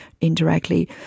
indirectly